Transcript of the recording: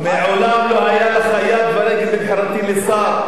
מעולם לא היו לך יד ורגל בבחירתי לשר.